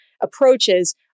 approaches